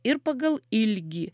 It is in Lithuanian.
ir pagal ilgį